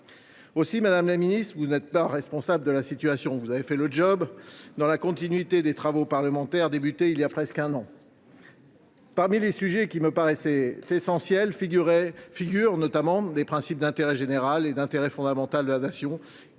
Madame la ministre, vous n’êtes pas responsable de la situation : vous avez fait le job, dans la continuité des travaux parlementaires qui ont débuté il y a presque un an. Parmi les notions qui me paraissaient essentielles figurent les principes d’intérêt général et d’intérêt fondamental de la Nation,